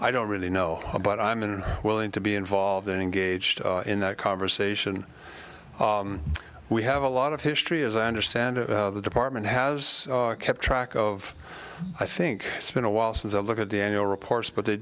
i don't really know but i'm in willing to be involved engaged in that conversation we have a lot of history as i understand the department has kept track of i think it's been a while since i look at the annual reports but they